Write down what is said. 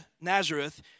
Nazareth